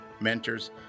mentors